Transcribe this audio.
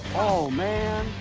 oh, man,